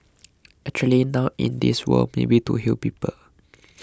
actually now in this world maybe to heal people